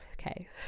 okay